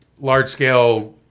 large-scale